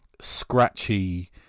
scratchy